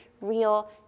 real